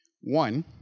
One